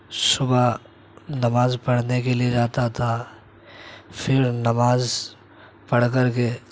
صبح نماز پڑھنے کے لئے جاتا تھا پھر نماز پڑھ کر کے